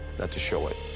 not to show it.